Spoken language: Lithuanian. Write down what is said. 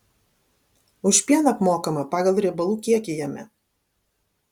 už pieną apmokama pagal riebalų kiekį jame